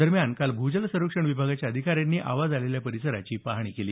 दरम्यान काल भूजल सर्वेक्षण विभागाच्या अधिकाऱ्यांनी आवाज आलेल्या परिसराची पाहणी केली